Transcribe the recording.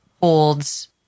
holds